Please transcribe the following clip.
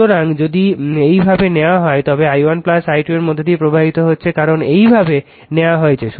সুতরাং যদি এইভাবে নেওয়া হয় তবে i1 i2 এর মধ্য দিয়ে প্রবাহিত হচ্ছে কারণ এভাবে নেওয়া হয়েছে